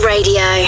Radio